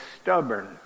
stubborn